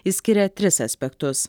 išskiria tris aspektus